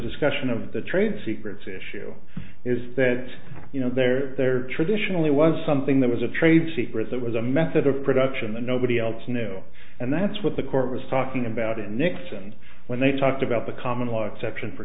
discussion of the trade secrets issue is that you know there there traditionally was something that was a trade secret that was a method of production and nobody else you know and that's what the court was talking about in nixon when they talked about the common law exception for